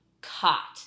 caught